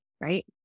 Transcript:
right